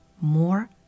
more